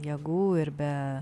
jėgų ir bet